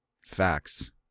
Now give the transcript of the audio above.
facts